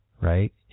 right